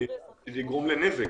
שזה יגרום לנזק.